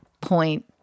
point